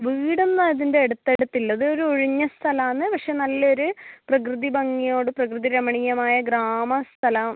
വീട് ഒന്നും അതിൻ്റെ അടുത്ത് അടുത്ത് ഇല്ല അത് ഒരു ഒഴിഞ്ഞ സ്ഥലമാണ് പക്ഷെ നല്ല ഒരു പ്രകൃതി ഭംഗിയോട് പ്രകൃതി രമണീയമായ ഗ്രാമ സ്ഥലം